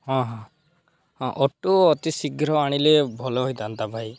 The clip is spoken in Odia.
ହଁ ହଁ ହଁ ଅଟୋ ଅତି ଶୀଘ୍ର ଆଣିଲେ ଭଲ ହୋଇଥାନ୍ତା ଭାଇ